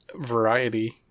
variety